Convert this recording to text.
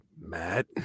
Matt